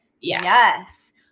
Yes